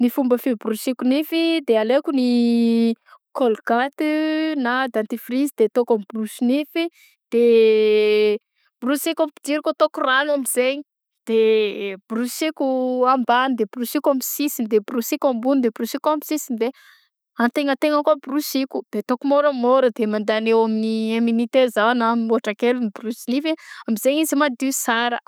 Ny fomba fiborosiko nify de alaiko ny kôlgaty na dentifrisy de ataoko amy borosy nify de borosiko ampidiriko ataoko rano am'zegny de borosiko ambany de borosiko amy sisiny de borosiko ambony de borosiko amy sisiny de an-tegnategnany ko borosiko de ataoko môramôra de mandagny eo amy un minute eo za na mihoatra kely miborosy nify e amzay izy madio tsara.